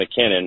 McKinnon